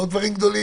לא דברים גדולים,